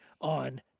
on